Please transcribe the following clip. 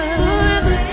forever